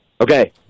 Okay